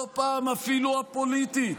לא פעם אפילו הפוליטית,